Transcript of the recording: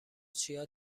چیا